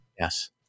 Yes